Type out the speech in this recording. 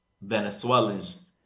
Venezuelans